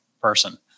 person